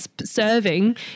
serving